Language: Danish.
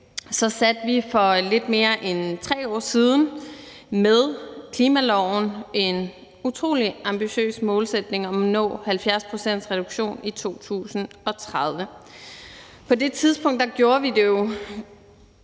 lavede vi for lidt mere end 3 år siden med klimaloven en utrolig ambitiøs målsætning om at nå 70-procentsreduktion i 2030. På det tidspunkt gjorde vi det jo